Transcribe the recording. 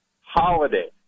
holiday